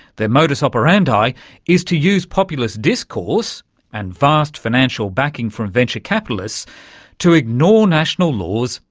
their modus operandi is to use populist discourse and vast financial backing from venture capitalists to ignore national laws,